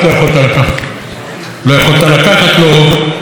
לא יכולת לקחת לו את האינטגריטי שלו.